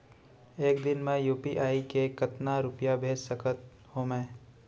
एक दिन म यू.पी.आई से कतना रुपिया भेज सकत हो मैं?